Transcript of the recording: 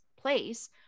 place